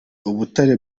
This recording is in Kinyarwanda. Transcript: ubutare